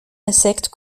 insecte